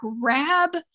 grab